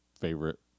favorite